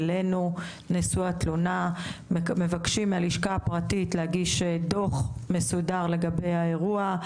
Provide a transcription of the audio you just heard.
מה שביקשתם מהמשפחה לא רלוונטי,